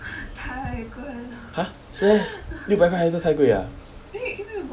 !huh! 是 meh 六百块还是太贵 ah